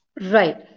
Right